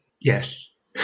Yes